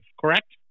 correct